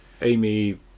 Amy